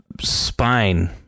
spine